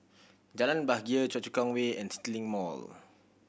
Jalan Bahagia Choa Chu Kang Way and CityLink Mall